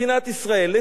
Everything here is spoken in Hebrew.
לצבאה,